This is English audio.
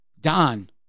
Don